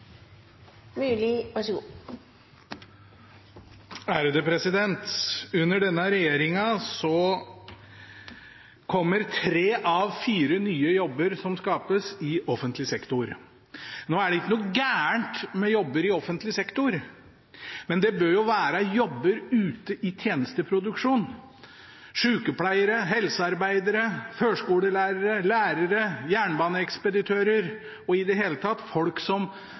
det ikke noe galt med jobber i offentlig sektor, men det bør jo være jobber ute i tjenesteproduksjonen: sykepleiere, helsearbeidere, førskolelærere, lærere, jernbaneekspeditører og i det hele tatt folk